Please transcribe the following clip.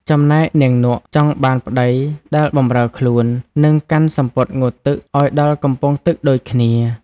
ចំណែក នាងនក់ ក៏ចង់បានប្តីដែលបម្រើខ្លួន និងកាន់សំពត់ងូតទឹកឱ្យដល់កំពង់ទឹកដូចគ្នា ។